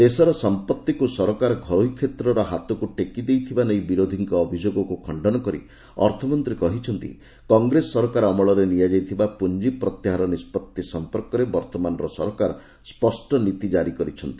ଦେଶର ସମ୍ପଭିକୁ ସରକାର ଘରୋଇ କ୍ଷେତ୍ରର ହାତକୁ ଟେକି ଦେଇଥିବା ନେଇ ବିରୋଧୀଙ୍କ ଅଭିଯୋଗକୁ ଖଣ୍ଡନ କରି ଅର୍ଥମନ୍ତ୍ରୀ କହିଛନ୍ତି କଂଗ୍ରେସ ସରକାର ଅମଳରେ ନିଆଯାଇଥିବା ପୁଞ୍ଜି ପ୍ରତ୍ୟାହାର ନିଷ୍ପଭି ସମ୍ପର୍କରେ ବର୍ତ୍ତମାନର ସରକାର ସ୍କଷ୍ଟ ନୀତି ଜାରି କରିଛନ୍ତି